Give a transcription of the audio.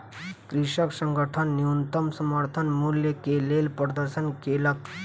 कृषक संगठन न्यूनतम समर्थन मूल्य के लेल प्रदर्शन केलक